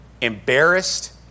embarrassed